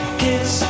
kiss